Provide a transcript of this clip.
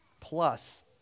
Plus